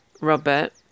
Robert